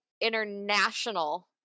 International